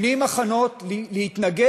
עושים הכנות להתנגד,